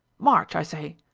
march, i say!